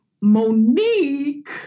Monique